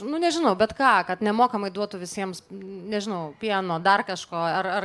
nu nežinau bet ką kad nemokamai duotų visiems nežinau pieno dar kažko ar ar